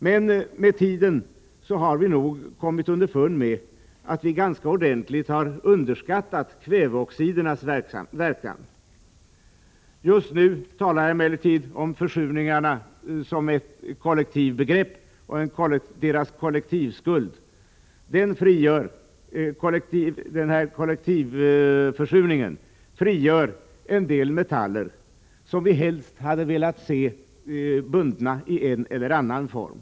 Men med tiden har vi nog kommit underfund med att vi ganska ordentligt har underskattat kväveoxidernas verkan. Just nu talar jag emellertid om försurningen som ett kollektivt begrepp och om dess kollektivskuld. Den kollektiva försurningen frigör en del metaller som vi helst velat se bundna i en eller annan form.